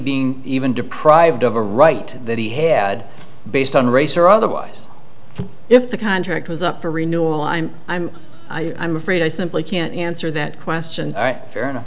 being even deprived of a right that he had based on race or otherwise if the contract was up for renewal i'm i'm i'm afraid i simply can't answer that question all right fair enough